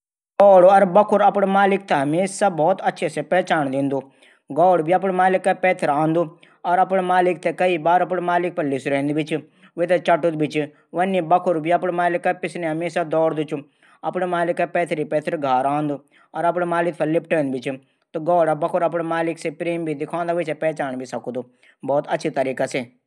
गौड बखरू हमेशा अपडू मालिक थै पहचाण दिंदन। गौडा भी अपड मालिक कै पैथर आंदन और अपड मालिक शरीर पर लिसरैंदू भी चा। वे थै चटुद भी चा। बकरू भी हमेशा अपडू मालिक पैथर दौडदू भी चा। अपडू मालिक कै पैथर घार आंदू और अपडू मालिक पर लिपटैंदू भी चा। त गौडा और बखरा आपड मालिक थै पहचाण दिंदना।